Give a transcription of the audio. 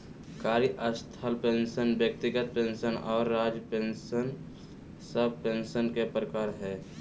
कार्यस्थल पेंशन व्यक्तिगत पेंशन आर राज्य पेंशन सब पेंशन के प्रकार हय